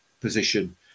position